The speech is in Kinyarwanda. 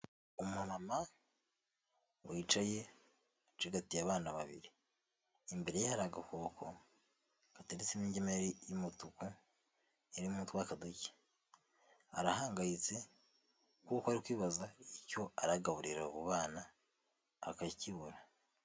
Umumama wicaye acigatiye abana babiri, imbere ye hari agakoko gateretsemo ingemeri y'umutuku irimo utwaka duke, arahangayitse kuko ari kwibaza icyo aragaburira abo bana akakibura.